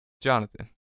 Jonathan